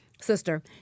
Sister